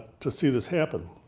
to see this happen.